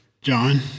John